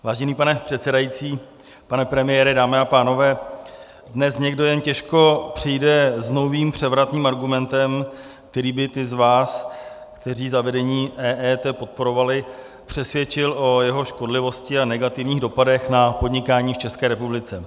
Vážený pane předsedající, pane premiére, dámy a pánové, dnes někdo jen těžko přijde s novým převratným argumentem, který by ty z vás, kteří zavedení EET podporovali, přesvědčil o jeho škodlivosti a negativních dopadech na podnikání v České republice.